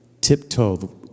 tiptoe